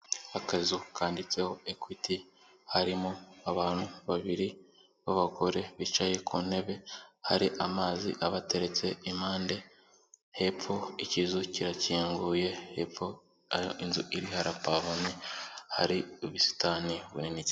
Akazu kanditseho Equity, harimo abantu babiri b'abagore bicaye ku ntebe, hari amazi abateretse impande, hepfo ikizu kirakinguye, hepfo aho inzu iri harapavomye, hari ubusitani bunini.